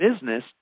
business